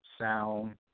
sound